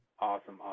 Awesome